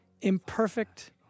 imperfect